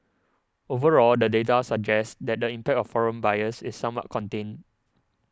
overall the data suggests that the impact of foreign buyers is somewhat contained